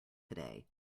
today